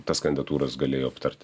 tas kandidatūras galėjo aptarti